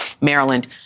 Maryland